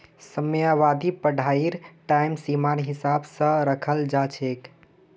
समयावधि पढ़ाईर टाइम सीमार हिसाब स रखाल जा छेक